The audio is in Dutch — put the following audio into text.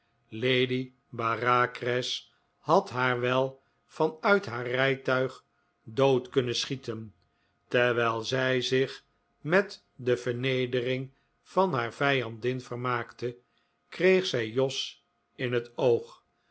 lady bareacres had haar wel van uit haar rijtuig dood kunnen schieten terwijl zij zich met de vernedering van haar vijandin vermaakte kreeg zij jos in het oog